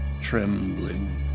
trembling